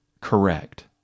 correct